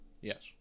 Yes